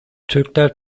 türkler